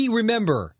remember